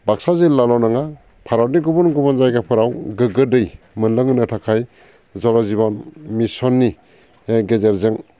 बाकसा जिल्लाल' नङा भारतनि गुबुन गुबुन जायगाफोराव गोग्गो दै मोनलोंहोनो थाखाय जल जिबन मिसननि गेजेरजों